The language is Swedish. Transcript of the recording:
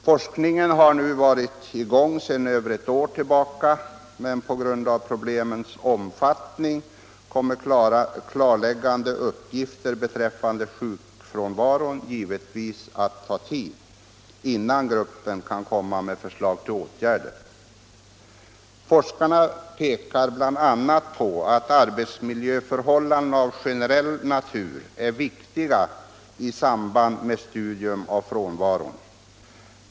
Forskningen har nu varit i gång sedan mer än ett år, men på grund av problemens omfattning kommer det givetvis att ta tid innan gruppen kan få fram klarläggande uppgifter beträffande sjukfrånvaron och föreslå åtgärder. Forskarna pekar bl.a. på att arbetsmiljöförhållanden av generell natur är viktiga i samband med studium av frånvaron.